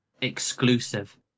Exclusive